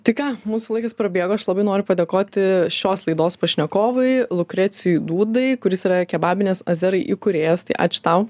tai ką mūsų laikas prabėgo aš labai noriu padėkoti šios laidos pašnekovui lukrecijui dūdai kuris yra kebabinės azerai įkūrėjas tai ačiū tau